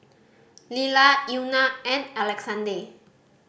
Lila Euna and Alexande